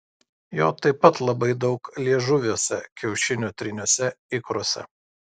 jo taip pat labai daug liežuviuose kiaušinio tryniuose ikruose